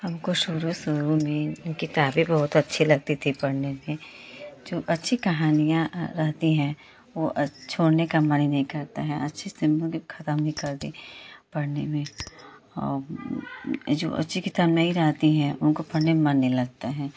हमको शुरू शुरु में किताबें बहुत अच्छी लगती थी पढ़ने में जो अच्छी कहानियाँ रहती हैं वे छोड़ने का मन ही नहीं करता है अच्छे से ख़त्म ही कर दें पढ़ने में और जो अच्छी किताब नई रहती हैं उनको पढ़ने में मन नहीं लगता है